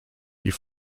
die